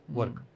work